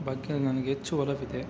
ಬಗ್ಗೆ ನನಗೆ ಹೆಚ್ಚು ಒಲವಿದೆ